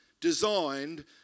designed